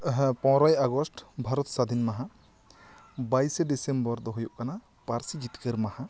ᱟᱦᱟ ᱯᱚᱱᱚᱨᱚᱭ ᱟᱜᱚᱥᱴ ᱵᱷᱟᱨᱚᱛ ᱥᱟᱹᱫᱷᱤᱱ ᱢᱟᱦᱟ ᱵᱟᱭᱤᱥ ᱫᱤᱥᱚᱢᱵᱟᱨ ᱫᱚ ᱦᱩᱭᱩᱜ ᱠᱟᱱᱟ ᱯᱟᱹᱨᱥᱤ ᱡᱤᱛᱠᱟᱹᱨ ᱢᱟᱦᱟ